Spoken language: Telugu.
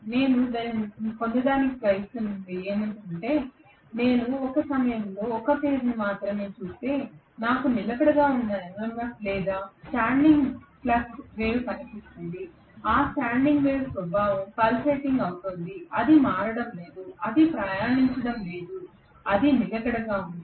నేను పొందడానికి ప్రయత్నిస్తున్నది ఏమిటంటే నేను ఒక సమయంలో ఒక ఫేజ్ను మాత్రమే చూస్తే నాకు నిలకడగా ఉన్న MMF వేవ్ లేదా స్టాండింగ్ ఫ్లక్స్ వేవ్ లభిస్తుంది ఆ స్టాండింగ్ వేవ్ స్వభావం పల్సేటింగ్ అవుతోంది అది మారడం లేదు అది ప్రయాణించడం లేదు అది నిలకడగా ఉంది